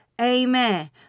Amen